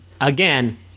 Again